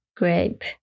grape